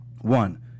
One